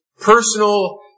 personal